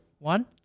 One